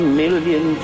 million